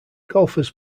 golfers